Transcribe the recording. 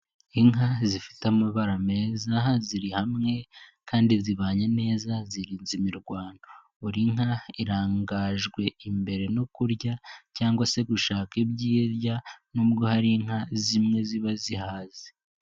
Inka zifite amabara meza ziri hamwe kandi zibanye neza zirinze imirwano, buri nka irangajwe imbere no kurya cyangwa se gushaka ibyo kurya nubwo hari inka zimwe ziba zihaze.